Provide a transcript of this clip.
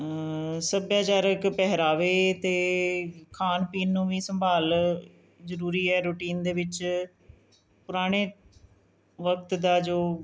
ਸੱਭਿਆਚਾਰਕ ਪਹਿਰਾਵੇ ਅਤੇ ਖਾਣ ਪੀਣ ਨੂੰ ਵੀ ਸੰਭਾਲ ਜ਼ਰੂਰੀ ਹੈ ਰੁਟੀਨ ਦੇ ਵਿੱਚ ਪੁਰਾਣੇ ਵਕਤ ਦਾ ਜੋ